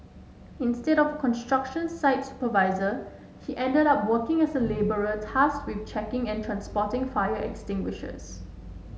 instead of a construction site supervisor he ended up working as a labourer tasked with checking and transporting fire extinguishers